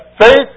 faith